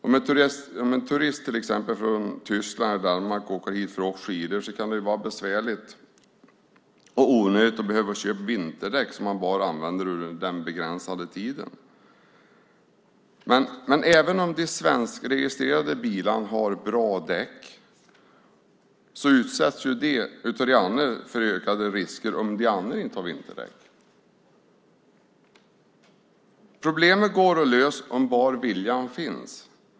Om en turist från till exempel Tyskland eller Danmark kör hit för att åka skidor kan det vara besvärligt och onödigt att behöva köpa vinterdäck som man bara använder under den begränsade tiden. Även om de svenskregistrerade bilarna har bra däck utsätts de för ökade risker om de andra inte har vinterdäck. Problemet går att lösa om bara viljan finns.